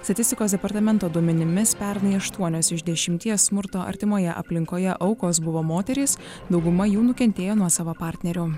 statistikos departamento duomenimis pernai aštuonios iš dešimties smurto artimoje aplinkoje aukos buvo moterys dauguma jų nukentėjo nuo savo partnerio